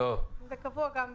זה קבוע גם בחקיקה.